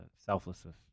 selflessness